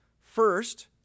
First